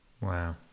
Wow